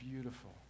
beautiful